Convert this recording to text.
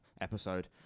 episode